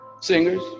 singers